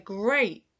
great